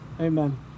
amen